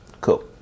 cool